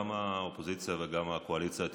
גם האופוזיציה וגם הקואליציה העתידית,